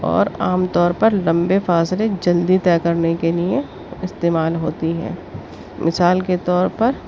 اور عام طور پر لمبے فاصلے جلدی طے کرنے کے لیے استعمال ہوتی ہیں مثال کے طور پر